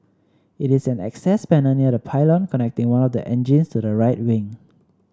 it is an access panel near the pylon connecting one of the engines to the right wing